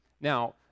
Now